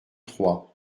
trois